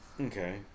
okay